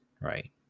right